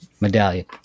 medallion